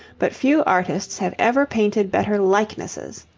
but few artists have ever painted better likenesses.